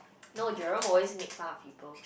no Jerome will always make fun of people